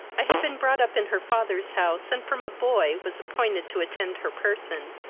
i had been brought up in her father's house, and from a boy was appointed to attend her person,